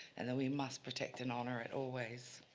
and we must protect and honour it always.